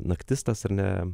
naktis tas ar ne